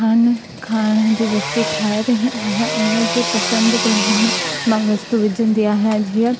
खन खाणन जी वस्तू ठाहे रही आहियां हुन जे पसंदि प्रमाण मां वस्तू विझंदी आहियां जीअं